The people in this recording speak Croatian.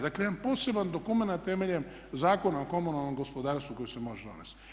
Dakle, jedan poseban dokumenat temeljem Zakona o komunalnom gospodarstvu koji se može donesti.